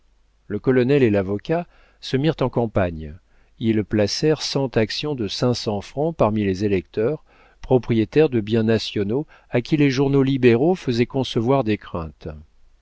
le colonel et l'avocat se mirent en campagne ils placèrent cent actions de cinq cents francs parmi les électeurs propriétaires de biens nationaux à qui les journaux libéraux faisaient concevoir des craintes